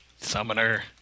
Summoner